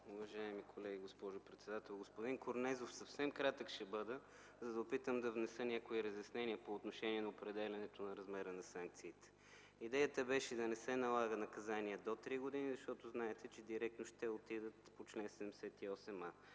Уважаеми колеги, госпожо председател! Господин Корнезов, ще бъда съвсем кратък, за да опитам да внеса някои разяснения по отношение на определянето на размера на санкциите. Идеята беше да не се налага наказание до 3 години, защото знаете, че директно ще отидат по чл. 78а,